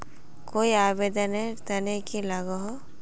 कोई आवेदन नेर तने की लागोहो?